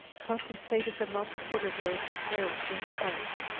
compensated the multitude of those that perished in the fight.